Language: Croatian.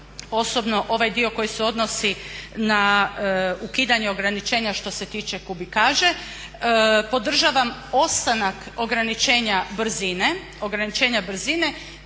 osobno ovaj dio koji se odnosi na ukidanje ograničenja što se tiče kubikaže. Podražavam ostanak ograničenja brzine, ograničenja brzine